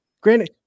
Granted